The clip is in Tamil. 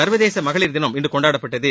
சர்வதேச மகளிர் தினம் இன்று கொண்டாடப்பட்டது